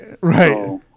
right